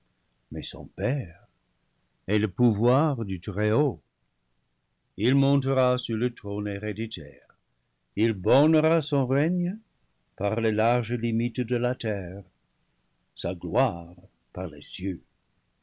mais son père est le pouvoir du très-haut il montera sur le trône héréditaire il bornera son règne par les larges limites de la terre sa gloire par les cieux